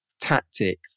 tactic